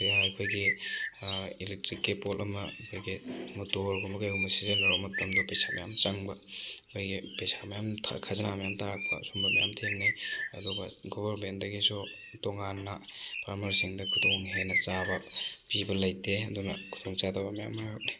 ꯑꯩꯈꯣꯏꯒꯤ ꯏꯂꯦꯛꯇ꯭ꯔꯤꯛꯀꯤ ꯄꯣꯠ ꯑꯃ ꯀꯩꯀꯩ ꯃꯣꯇꯣꯔꯒꯨꯝꯕ ꯀꯩꯒꯨꯝꯕ ꯁꯤꯖꯤꯟꯅ ꯃꯇꯝꯗ ꯄꯩꯁꯥ ꯃꯌꯥꯝ ꯆꯪꯕ ꯑꯩꯈꯣꯏꯒꯤ ꯄꯩꯁꯥ ꯃꯌꯥꯝ ꯈꯖꯅꯥ ꯃꯌꯥꯝ ꯇꯥꯔꯛꯄ ꯁꯨꯝꯕ ꯃꯌꯥꯝ ꯊꯦꯡꯅꯩ ꯑꯗꯨꯒ ꯒꯣꯕꯔꯃꯦꯟꯗꯒꯤꯁꯨ ꯇꯣꯉꯥꯟꯅ ꯐꯥꯔꯃꯔꯁꯤꯡꯗ ꯈꯨꯗꯣꯡ ꯍꯦꯟꯅ ꯆꯥꯕ ꯄꯤꯕ ꯂꯩꯇꯦ ꯑꯗꯨꯅ ꯈꯨꯗꯣꯡꯆꯥꯗꯕ ꯃꯌꯥꯝ ꯃꯥꯌꯣꯛꯅꯩ